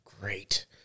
great